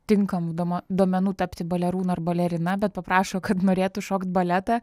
tinkamų doma duomenų tapti balerūnu ar balerina bet paprašo kad norėtų šokt baletą